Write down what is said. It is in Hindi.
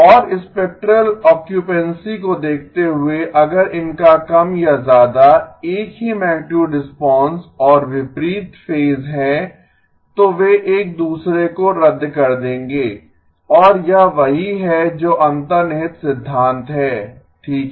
और स्पेक्ट्रल ऑक्यूपेंसी को देखते हुए अगर इनका कम या ज्यादा एक ही मैगनीटुड रिस्पांस और विपरीत फेज है तो वे एक दूसरे को रद्द कर देंगे और यह वही है जो अंतर्निहित सिद्धांत है ठीक है